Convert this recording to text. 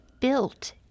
built